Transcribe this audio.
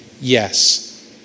Yes